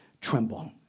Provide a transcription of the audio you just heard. tremble